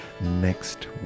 next